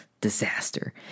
disaster